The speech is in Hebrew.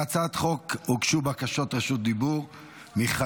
להצעת החוק הוגשו בקשות רשות דיבור מחד"ש,